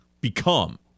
become